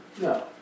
No